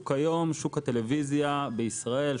שוק הטלוויזיה בישראל,